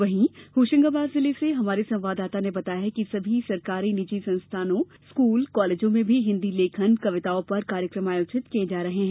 वहीं होशंगाबाद जिले से हमारे संवाददाता ने बताया कि सभी सरकारी निजी संस्थानों सहित स्कूल कालेजों में भी हिन्दी लेखन कविताओं पर कार्यक्रम आयोजित किये जा रहे है